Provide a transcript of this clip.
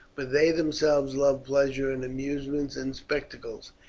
but they themselves love pleasure and amusements and spectacles,